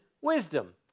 wisdom